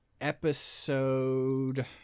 episode